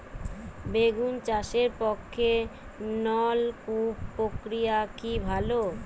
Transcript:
বেগুন চাষের পক্ষে নলকূপ প্রক্রিয়া কি ভালো?